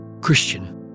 Christian